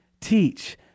teach